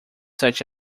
such